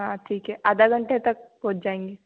हाँ ठीक है आधा घंटा तक पहुँच जाएंगे